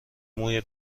موی